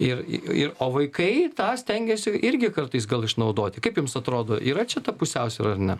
ir ir o vaikai tą stengiasi irgi kartais gal išnaudoti kaip jums atrodo yra čia ta pusiausvyra ar ne